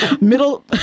middle